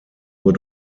nur